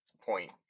point